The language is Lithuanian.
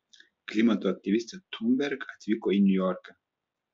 klimato aktyvistė thunberg atvyko į niujorką